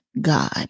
God